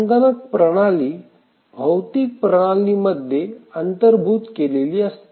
संगणक प्रणाली भौतिक प्रणाली मध्ये अंतर्भूत केलेली असते